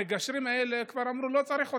המגשרים האלה, אמרו שכבר לא צריך אותם,